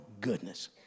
goodness